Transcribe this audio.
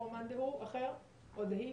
או מאן דהו אחר, או דהי?